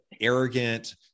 arrogant